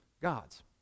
gods